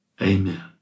Amen